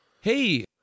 Hey